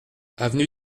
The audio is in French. avenue